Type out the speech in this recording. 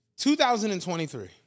2023